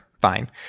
Fine